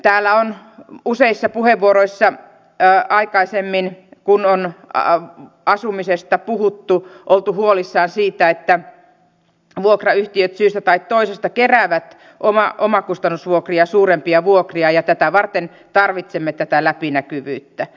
täällä on useissa puheenvuoroissa aikaisemmin kun on asumisesta puhuttu oltu huolissaan siitä että vuokrayhtiöt syystä tai toisesta keräävät omakustannusvuokria suurempia vuokria ja tätä varten tarvitsemme tätä läpinäkyvyyttä